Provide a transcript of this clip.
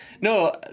No